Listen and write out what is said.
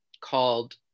called